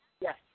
Yes